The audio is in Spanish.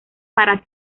para